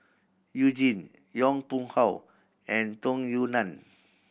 You Jin Yong Pung How and Tung Yue Nang